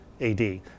AD